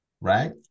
right